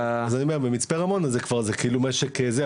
אז אני אומר, ממצפה רמון אז זה כאילו משק עצמאי.